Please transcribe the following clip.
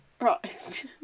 Right